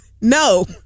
no